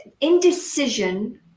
indecision